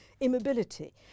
immobility